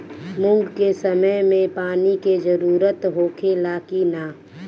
मूंग के समय मे पानी के जरूरत होखे ला कि ना?